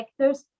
vectors